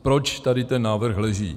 Proč tady ten návrh leží?